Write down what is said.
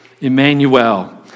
Emmanuel